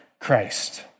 Christ